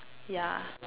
yeah